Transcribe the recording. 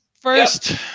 first